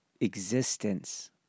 existence